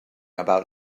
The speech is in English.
about